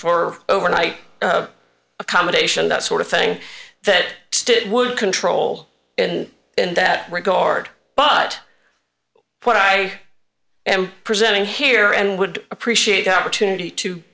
for overnight accommodation that sort of thing that would control in that regard but what i am presenting here and would appreciate the opportunity to